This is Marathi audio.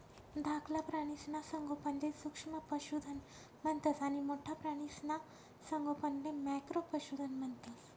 धाकला प्राणीसना संगोपनले सूक्ष्म पशुधन म्हणतंस आणि मोठ्ठा प्राणीसना संगोपनले मॅक्रो पशुधन म्हणतंस